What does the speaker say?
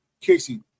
Casey